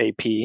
ap